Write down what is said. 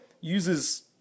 uses